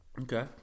Okay